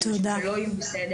יש אנשים שלא יהיו בסדר,